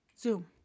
Zoom